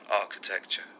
architecture